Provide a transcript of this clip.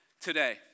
today